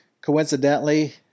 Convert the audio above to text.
coincidentally